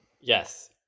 Yes